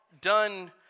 done